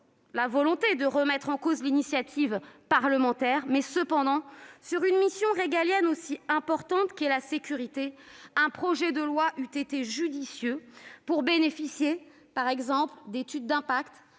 nous l'idée de remettre en cause l'initiative parlementaire, mais, pour une mission régalienne aussi importante que la sécurité, un projet de loi eût été judicieux, afin de bénéficier, par exemple, d'une étude d'impact,